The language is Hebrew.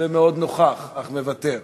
ומאוד נוכח, אך מוותר.